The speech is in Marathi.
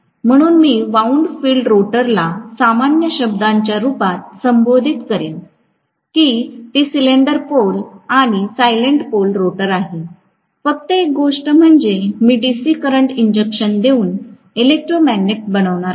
म्हणून मी वोउन्ड फील्ड रोटरला सामान्य शब्दाच्या रूपात संबोधित करीन की ती सिलेंडर पोल आणि सालिएंट पोल रोटर आहे फक्त एक गोष्ट म्हणजे मी डीसी करंट इंजेक्शन देऊन इलेक्ट्रोमॅग्नेट बनवणार आहे